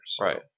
Right